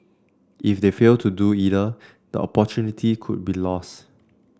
if they fail to do either the opportunity could be lost